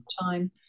time